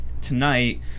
tonight